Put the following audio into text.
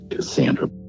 Sandra